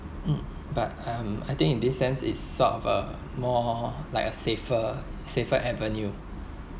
mm but um I think in this sense it's sort of a more like a safer safer avenue